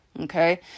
okay